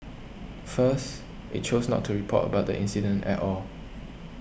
first it chose not to report about the incident at all